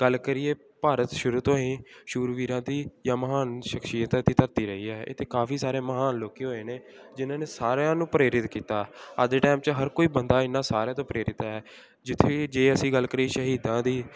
ਗੱਲ ਕਰੀਏ ਭਾਰਤ ਸ਼ੁਰੂ ਤੋਂ ਹੀ ਸੂਰਵੀਰਾਂ ਦੀ ਜਾਂ ਮਹਾਨ ਸ਼ਖਸ਼ੀਅਤਾਂ ਦੀ ਧਰਤੀ ਰਹੀ ਹੈ ਇੱਥੇ ਕਾਫੀ ਸਾਰੇ ਮਹਾਨ ਲੋਕੀ ਹੋਏ ਨੇ ਜਿਹਨਾਂ ਨੇ ਸਾਰਿਆਂ ਨੂੰ ਪ੍ਰੇਰਿਤ ਕੀਤਾ ਅੱਜ ਦੇ ਟਾਈਮ 'ਚ ਹਰ ਕੋਈ ਬੰਦਾ ਇਹਨਾਂ ਸਾਰਿਆਂ ਤੋਂ ਪ੍ਰੇਰਿਤ ਹੈ ਜਿੱਥੇ ਜੇ ਅਸੀਂ ਗੱਲ ਕਰੀਏ ਸ਼ਹੀਦਾਂ ਦੀ